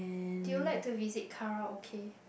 do you like to visit Karaoke